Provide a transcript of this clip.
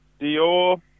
Dior